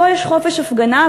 פה יש חופש הפגנה,